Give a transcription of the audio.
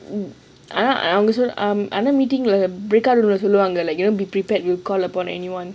um I don't think அப்பிடி இல்ல:appidi illa break out room lah சொல்லுவாங்க:solluwaanaga will call upon anyone